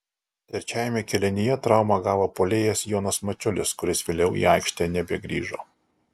trečiajame kėlinyje traumą gavo puolėjas jonas mačiulis kuris vėliau į aikštę nebegrįžo